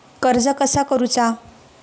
कर्ज कसा करूचा?